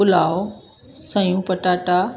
पुलाव सयूं पटाटा